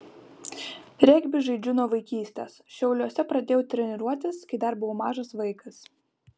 regbį žaidžiu nuo vaikystės šiauliuose pradėjau treniruotis kai dar buvau mažas vaikas